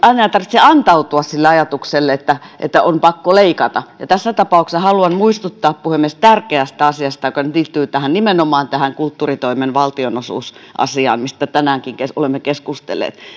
ei tarvitse antautua sille ajatukselle että että on pakko leikata tässä tapauksessa haluan muistuttaa puhemies tärkeästä asiasta joka liittyy nimenomaan tähän kulttuuritoimen valtionosuusasiaan mistä tänäänkin olemme keskustelleet